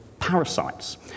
Parasites